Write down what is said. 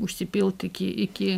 užsipilt iki iki